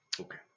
Okay